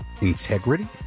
Integrity